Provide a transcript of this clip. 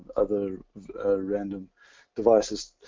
other random devices.